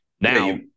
Now